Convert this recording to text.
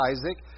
Isaac